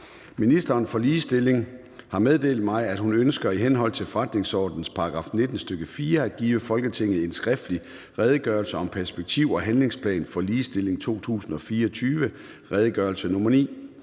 Ministeren for ligestilling (Marie Bjerre) har meddelt mig, at hun ønsker i henhold til forretningsordenens § 19, stk. 4, at give Folketinget en skriftlig Redegørelse om perspektiv- og handlingsplan for ligestilling 2024. (Redegørelse nr. R